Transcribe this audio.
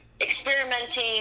experimenting